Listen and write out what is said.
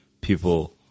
people